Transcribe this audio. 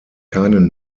keinen